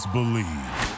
Believe